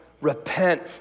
Repent